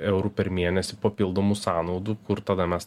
eurų per mėnesį papildomų sąnaudų kur tada mes